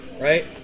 Right